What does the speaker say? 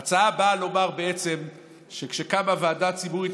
ההצעה באה לומר שכשקמה ועדה ציבורית,